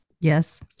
yes